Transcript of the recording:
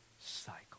cycle